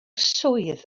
swydd